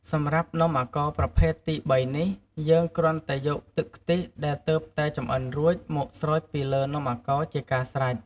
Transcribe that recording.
សម្រាប់នំំអាកោរប្រភេទទីបីនេះ យើងគ្រាន់តែយកទឹកខ្ទិះដែលទើបតែចម្អិនរួច មកស្រោចពីលើនំអាកោរជាការស្រេច។